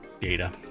data